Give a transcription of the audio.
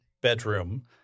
bedroom